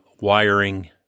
wiring